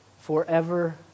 forever